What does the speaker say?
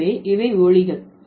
எனவே இவை ஒலிகள்